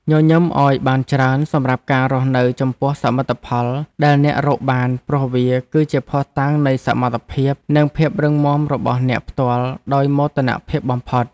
ញញឹមឱ្យបានច្រើនសម្រាប់ការរស់នៅចំពោះសមិទ្ធផលដែលអ្នករកបានព្រោះវាគឺជាភស្តុតាងនៃសមត្ថភាពនិងភាពរឹងមាំរបស់អ្នកផ្ទាល់ដោយមោទនភាពបំផុត។